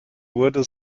wurde